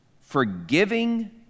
forgiving